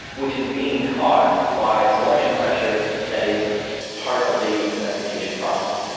which is being caused by a selection pressure that is part of the domestication process.